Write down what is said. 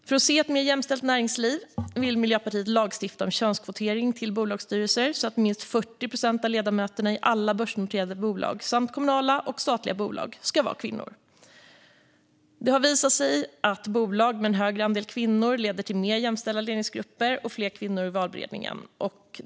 För att få ett mer jämställt näringsliv vill Miljöpartiet lagstifta om könskvotering för bolagsstyrelser så att minst 40 procent av ledamöterna i alla börsnoterade bolag samt kommunala och statliga bolag ska vara kvinnor. Det har visat sig att bolag med en högre andel kvinnor leder till mer jämställda ledningsgrupper och fler kvinnor i valberedningen.